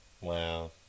Wow